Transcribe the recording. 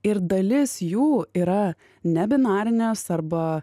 ir dalis jų yra nebinarinės arba